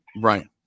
Right